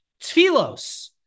Tfilos